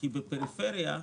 כי בפריפריה,